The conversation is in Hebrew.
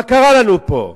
מה קרה לנו פה?